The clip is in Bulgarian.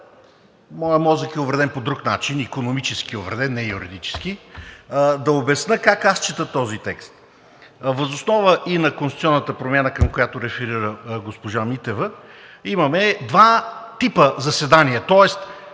моят мозък е увреден по друг начин, икономически е увреден, не юридически, да обясня как аз чета този текст. Въз основа на конституционната промяна, към която реферира госпожа Митева, имаме два типа заседания, тоест